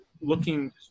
looking